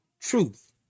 truth